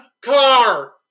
car